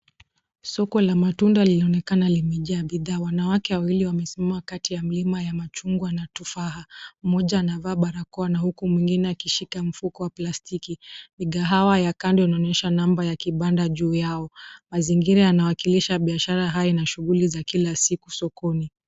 Soko la matunda lilionekana limejaa bidhaa. Wanawake wawili wamesimama kati ya mlima ya machungwa na tufaha. Mmoja anavaa barakoa na huku mwingine akishika mfuko wa plastiki. Migahawa ya kando inaonyesha namba ya kibanda juu yao. Mazingira yanawakilisha biashara haya na shughuli za kila siku sokoni.